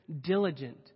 diligent